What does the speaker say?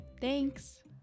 thanks